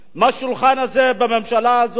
מהשולחן הזה, בממשלה הזאת,